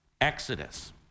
Exodus